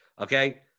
okay